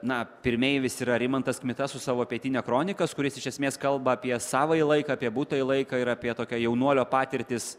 na pirmeivis yra rimantas kmita su savo pietine kronikas kuris iš esmės kalba apie savąjį laiką apie būtąjį laiką ir apie tokia jaunuolio patirtis